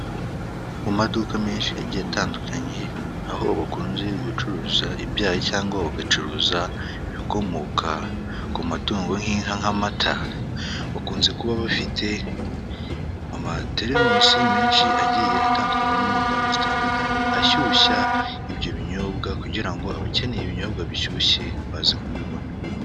Mu maduka menshi agiye atandukanye aho bakunze gucuruza ibyayi cyangwa bagacuruza ibikomoka ku matungo nk'inka nk 'amata, bakunze kuba bafite amateremusi menshi agiye atandukanye no mu ngano zitandukanye ashyushya ibyo binyobwa kugira ngo abakeneye ibinyobwa bishyushye baze kubibona.